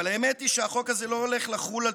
אבל האמת היא שהחוק הזה לא הולך לחול על